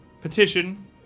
petition